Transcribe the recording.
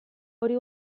hori